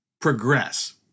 progress